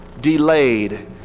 delayed